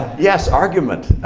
yes, argument.